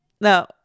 No